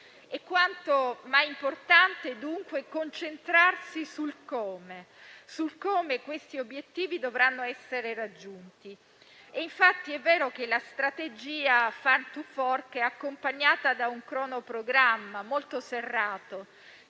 È quanto mai importante, dunque, concentrarsi sul come questi obiettivi dovranno essere raggiunti. È infatti vero che la strategia Farm to fork è accompagnata da un cronoprogramma, molto serrato,